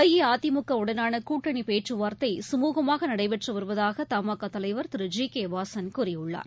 அதிமுக உடனான கூட்டணி பேச்சு வார்த்தை சுமூகமாக நடைபெற்று வருவதாக தமாகா தலைவர் திரு ஜி கே வாசன் கூறியுள்ளார்